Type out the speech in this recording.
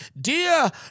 Dear